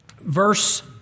Verse